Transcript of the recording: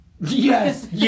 Yes